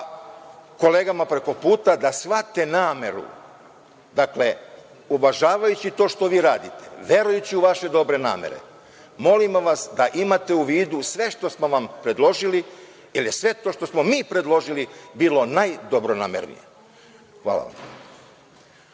ka kolegama preko puta da shvate nameru. Uvažavajući to što vi radite, verujući u vaše dobre namere, molimo vas da imate u vidu sve što smo vam predložili, jer je sve to što smo vam mi predložili bilo najdobronamernije. Hvala vam.